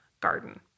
garden